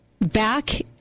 Back